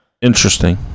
Interesting